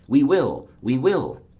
we will, we will.